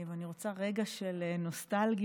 ואני רוצה רגע של נוסטלגיה,